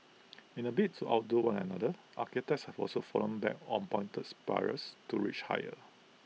in A bid to outdo one another architects have also fallen back on pointed spires to reach higher